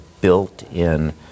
built-in